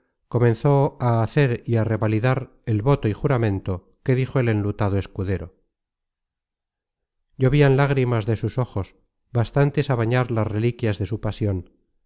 comenzó a hacer y á revalidar el voto y juramento que dijo el enlutado escudero llovian lágrimas de sus ojos bastantes á bañar las reliquias de su pasion